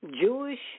Jewish